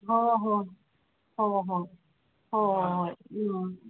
ꯍꯣ ꯍꯣ ꯍꯣ ꯍꯣ ꯍꯣꯏ ꯎꯝ